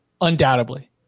undoubtedly